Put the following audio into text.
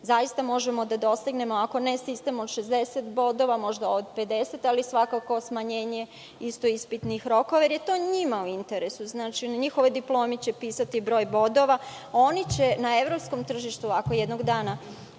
godine možemo da dosegnemo, ako ne sistem od 60 bodova, možda od 50, ali svakako i smanjenje ispitnih rokova. To je njima u interesu, na njihovoj diplomi će pisati broj bodova. Oni će na evropskom tržištu rada, ako jednog dana